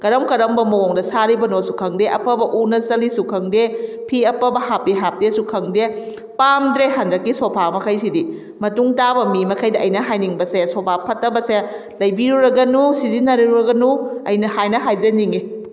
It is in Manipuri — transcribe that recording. ꯀꯔꯝ ꯀꯔꯝꯕ ꯃꯑꯣꯡꯗ ꯁꯥꯔꯤꯕꯅꯣꯁꯨ ꯈꯪꯗꯦ ꯑꯐꯕ ꯎꯅ ꯆꯜꯂꯤꯁꯨ ꯈꯪꯗꯦ ꯐꯤ ꯑꯐꯕ ꯍꯥꯞꯄꯤ ꯍꯥꯞꯇꯦꯁꯨ ꯈꯪꯗꯦ ꯄꯥꯝꯗ꯭ꯔꯦ ꯍꯟꯗꯛꯀꯤ ꯁꯣꯐꯥ ꯃꯈꯩꯁꯤꯗꯤ ꯃꯇꯨꯡꯇꯥꯕ ꯃꯤꯃꯈꯩꯗ ꯑꯩꯅ ꯍꯥꯏꯅꯤꯡꯕꯁꯦ ꯁꯣꯐꯥ ꯐꯠꯇꯕꯁꯦ ꯂꯩꯕꯤꯔꯨꯔꯒꯅꯨ ꯁꯤꯖꯤꯟꯅꯔꯨꯔꯒꯅꯨ ꯑꯩꯅ ꯍꯥꯏꯅ ꯍꯥꯏꯖꯅꯤꯡꯒꯤ